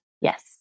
Yes